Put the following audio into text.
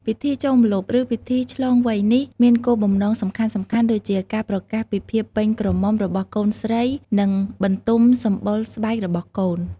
ពិធីចូលម្លប់ ឬ ពិធីឆ្លងវ័យនេះ មានគោលបំណងសំខាន់ៗដូចជា ការប្រកាសពីភាពពេញក្រមុំរបស់កូនស្រី និង បន្ទំសម្បុរស្បែករបស់កូន ។